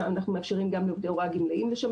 אנחנו מאפשרים גם לעובדי הוראה גמלאים לשמש